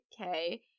okay